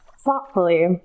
thoughtfully